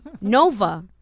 Nova